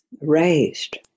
raised